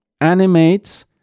animates